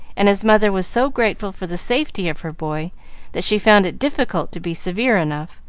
and his mother was so grateful for the safety of her boy that she found it difficult to be severe enough,